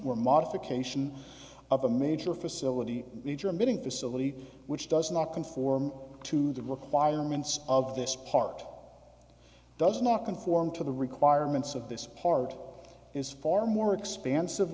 or modification of a major facility the germ bidding facility which does not conform to the requirements of this part does not conform to the requirements of this part is for more expansive